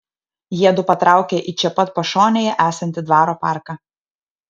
jiedu patraukia į čia pat pašonėje esantį dvaro parką